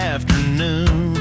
Afternoon